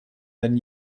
than